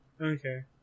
Okay